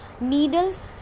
Needles